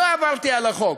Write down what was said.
לא עברתי על החוק.